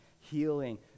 healing